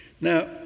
Now